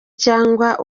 cyangwa